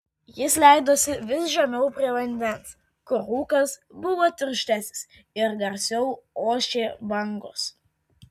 jis leidosi vis žemiau prie vandens kur rūkas buvo tirštesnis ir garsiau ošė bangos